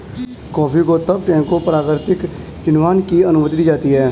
coffee को तब टैंकों प्राकृतिक किण्वन की अनुमति दी जाती है